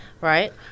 right